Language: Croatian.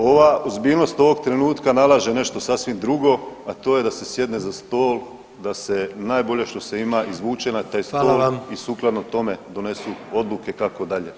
Ova ozbiljnost ovog trenutka nalaže nešto sasvim drugo, a to je da se sjedne za stol i da se najbolje što se ima izvuče na taj stol i sukladno tome donesu odluke kako dalje.